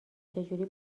چجوری